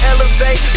Elevate